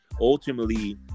Ultimately